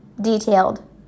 detailed